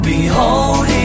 Behold